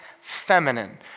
feminine